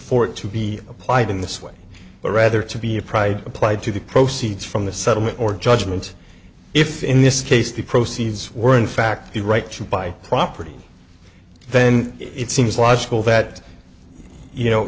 for it to be applied in this way or rather to be upright applied to the proceeds from the settlement or judgment if in this case the proceeds were in fact the right to buy property then it seems logical that you know